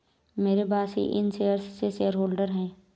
मेरे बॉस ही इन शेयर्स के शेयरहोल्डर हैं